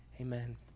amen